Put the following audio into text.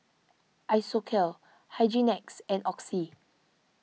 Isocal Hygin X and Oxy